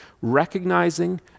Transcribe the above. recognizing